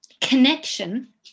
connection